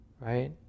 right